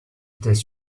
test